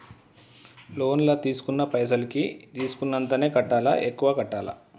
Loan లా తీస్కున్న పైసల్ కి తీస్కున్నంతనే కట్టాలా? ఎక్కువ కట్టాలా?